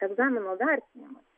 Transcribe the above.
egzamino vertinimui